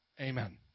Amen